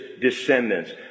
descendants